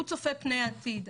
הוא צופה פני עתיד,